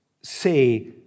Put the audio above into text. say